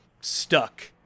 stuck